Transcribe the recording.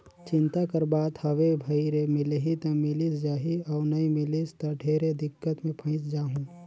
चिंता कर बात हवे भई रे मिलही त मिलिस जाही अउ नई मिलिस त ढेरे दिक्कत मे फंयस जाहूँ